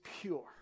pure